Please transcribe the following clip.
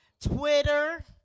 Twitter